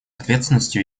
ответственностью